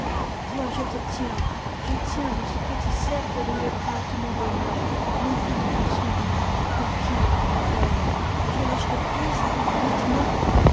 vois je te tiens je tiens dans ce petit cercle de mes bras tout mon bonheur longtemps poursuivi conquis à grandpeine et je lâcherais prise maintenant